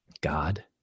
God